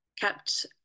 kept